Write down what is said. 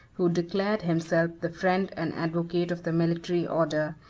who declared himself the friend and advocate of the military order,